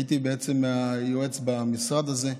הייתי היועץ במשרד הזה.